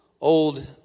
old